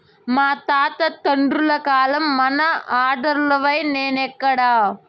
మా తాత తండ్రుల కాలంల మన ఆర్డర్లులున్నై, నేడెక్కడ